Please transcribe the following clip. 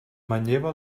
manlleva